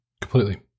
completely